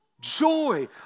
Joy